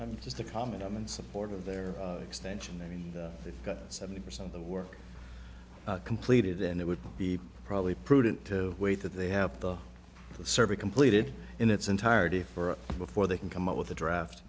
i'm just a comment i'm in support of their extension and they've got seventy percent of the work completed and it would be probably prudent to wait that they have the survey completed in its entirety for before they can come up with a draft